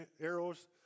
arrows